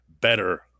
Better